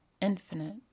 infinite